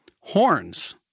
horns